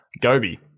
Gobi